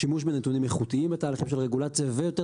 השימוש בנתונים איכותיים בתהליכים של רגולציה ויותר